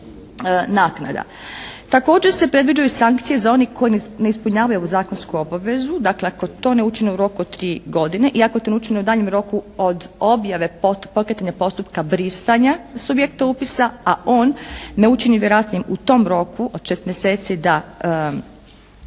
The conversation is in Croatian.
Također se predviđaju i sankcije za one koji ne ispunjavaju ovu zakonsku obavezu, dakle ako to ne učine u roku od tri godine i ako to ne učine u daljnjem roku od objave pokretanja postupka brisanja subjekta upisa, a on ne učini … u tom roku od 6 mjeseci da